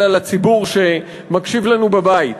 אלא לציבור שמקשיב לנו בבית,